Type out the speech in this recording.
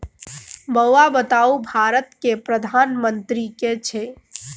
बौआ बताउ भारतक वित्त मंत्री के छै?